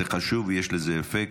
זה חשוב ויש לזה אפקט.